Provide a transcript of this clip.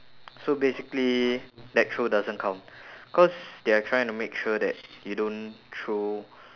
so basically that throw doesn't count cause they're trying to make sure that you don't throw